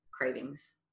cravings